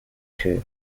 two